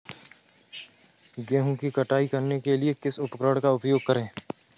गेहूँ की कटाई करने के लिए किस उपकरण का उपयोग करें?